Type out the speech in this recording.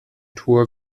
tour